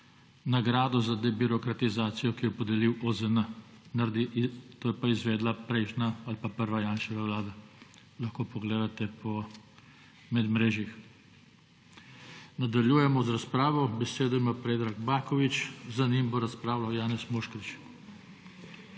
nagrado za debirokratizacijo, ki jo je podelil OZN. To je pa izvedla prejšnja ali pa prva Janševa vlada. Lahko pogledate po medmrežjih. Nadaljujemo z razpravo. Besedo ima Predrag Baković, za njim bo razpravljal Janez Moškrič.